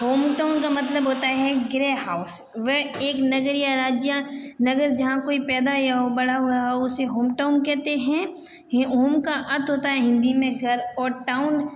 home town का मतलब होता है गृह हाउस वह एक नगरीय राज्य नगर जहाँ कोई पैदा या बड़ा हुआ हो उसे होम टाउन कहते हैं होम का अर्थ होता है हिंदी में घर और टाउन